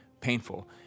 painful